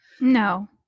No